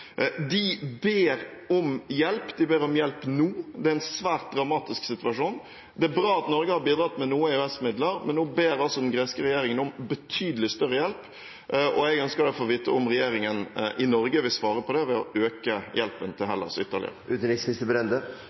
De ber om hjelp. De ber om hjelp nå. Det er en svært dramatisk situasjon. Det er bra at Norge har bidratt med noe EØS-midler, men nå ber altså den greske regjeringen om betydelig større hjelp. Jeg ønsker derfor å få vite om regjeringen i Norge vil svare på det ved å øke hjelpen til Hellas ytterligere.